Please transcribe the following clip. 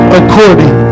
according